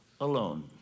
alone